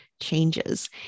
changes